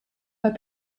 pas